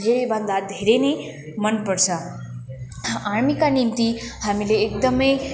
धेरैभन्दा धेरै नै मनपर्छ आर्मीका निम्ति हामीले एकदमै